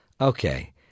okay